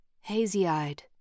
hazy-eyed